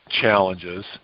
challenges